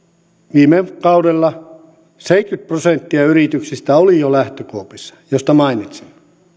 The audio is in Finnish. viime kaudella seitsemänkymmentä prosenttia yrityksistä oli jo lähtökuopissa mistä mainitsin